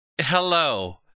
Hello